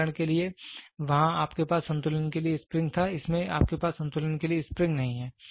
उदाहरण के लिए वहां आपके पास संतुलन के लिए स्प्रिंग था इसमें आपके पास संतुलन के लिए स्प्रिंग नहीं है